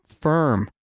firm